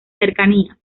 cercanías